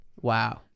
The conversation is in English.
Wow